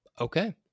Okay